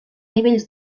nivells